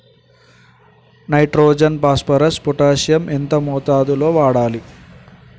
Nitrogen phosphorus potassium ఎంత మోతాదు లో వాడాలి?